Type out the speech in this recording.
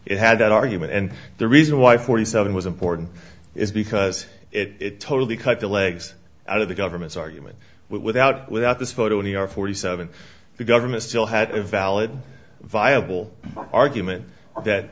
it had that argument and the reason why forty seven was important is because it totally cut the legs out of the government's argument without without this photo any r forty seven the government still had a valid viable argument that